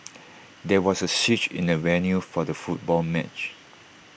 there was A switch in the venue for the football match